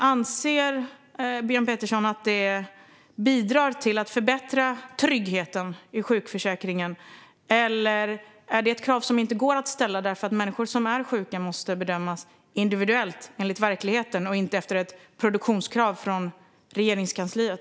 Anser Björn Petersson att det bidrar till att förbättra tryggheten i sjukförsäkringen? Eller är det ett krav som inte går att ställa därför att människor som är sjuka måste bedömas individuellt och enligt verkligheten och inte enligt ett produktionskrav från Regeringskansliet?